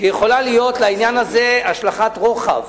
היא שיכולה להיות לעניין הזה השלכת רוחב